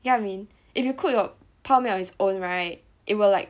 you get what I mean if you cook your 泡面 on it's own right it will like